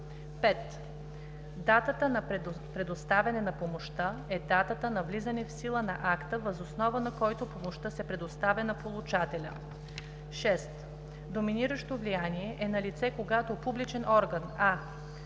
5. „Дата на предоставяне на помощта“ е датата на влизане в сила на акта, въз основа на който помощта се предоставя на получателя. 6. „Доминиращо влияние“ е налице, когато публичен орган: